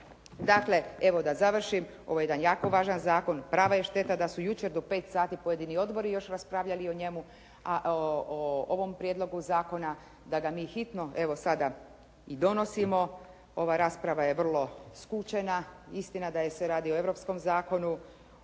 Dakle, evo da završim. Ovo je jedan jako važan zakon. Prava je šteta da su jučer do pet sati pojedini odbori još raspravljali o ovom prijedlogu zakona da ga mi hitno evo sada i donosimo. Ova rasprava je vrlo skučena. Istina je da se radi o europskom zakonu,